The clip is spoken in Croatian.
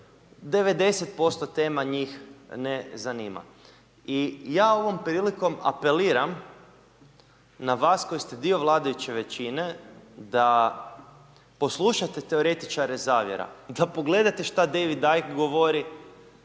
90% tema njih ne zanima. I ja ovom prilikom apeliram na vas koji ste dio vladajuće većine, da poslušate teoretičare zavjera, da pogledate što David Deich govori,